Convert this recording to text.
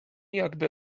jakby